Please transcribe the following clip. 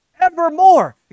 evermore